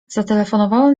zatelefonowałem